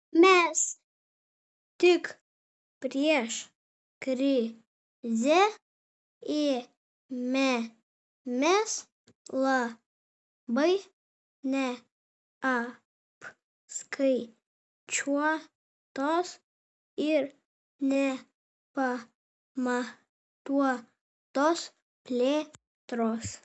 mes tik prieš krizę ėmėmės labai neapskaičiuotos ir nepamatuotos plėtros